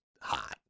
hot